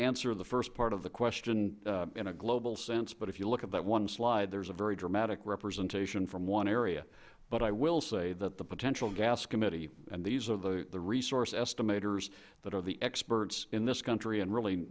answer the first part of the question in a global sense but if you look at that one slide there's a very dramatic representation from one area but i will say that the potential gas committee and these are the resource estimators that are the experts in this country and really